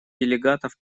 делегатов